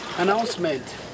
announcement